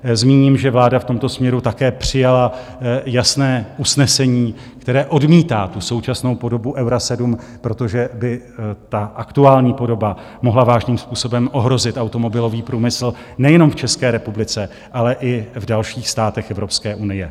Zmíním, že vláda v tomto směru také přijala jasné usnesení, které odmítá tu současnou podobu Eura 7, protože by ta aktuální podoba mohla vážným způsobem ohrozit automobilový průmysl nejenom v České republice, ale i v dalších státech Evropské unie.